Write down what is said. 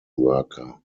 worker